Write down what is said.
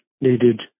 needed